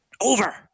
over